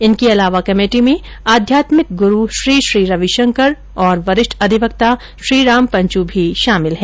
इनके अलावा कमेटी में आध्यात्मिक गुरू श्रीश्री रविशंकर और वरिष्ठ अधिवक्ता श्री राम पंचू भी शमिल है